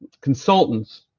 consultants